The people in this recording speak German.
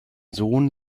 sohn